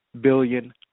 billion